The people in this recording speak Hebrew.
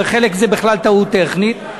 וחלק זה בכלל טעות טכנית,